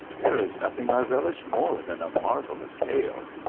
there is nothing i relish more than a marvellous tale.